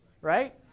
Right